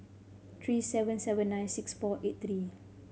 three seven seven nine six four eight three